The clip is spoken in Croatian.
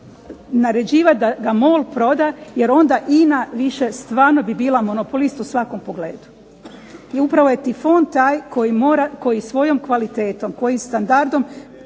naređivati da ga MOL proda, jer onda INA više stvarno bi bila monopolist u svakom pogledu. I upravo je Tifon taj koji mora, koji svojom kvalitetom, koji standardom